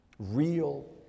real